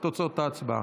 תוצאת ההצבעה.